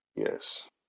Yes